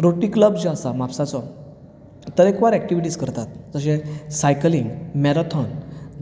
rotary Club जें आसा म्हापसाचो तरेकवार एक्टिविटीस करता जशें सायकलींग मेराथॉन